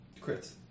Crits